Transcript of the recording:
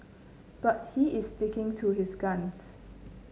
but he is sticking to his guns